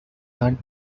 aunt